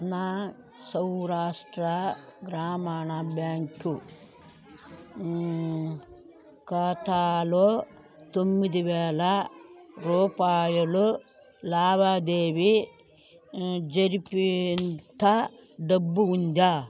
నా సౌరాష్ట్ర గ్రామణ బ్యాంక్ ఖాతాలో తొమ్మిదివేల రూపాయలు లావాదేవీ జరిపేంత డబ్బు ఉందా